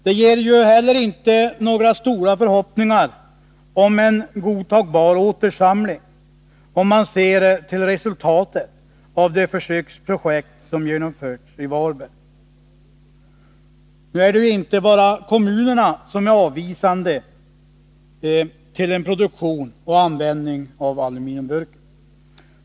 Det ger ju heller inte några stora förhoppningar om en godtagbar återsamling, om man ser till resultatet av det försöksprojekt som genomförts i Varberg. Nu är det inte bara kommunerna som är avvisande till produktion och användning av aluminiumburken.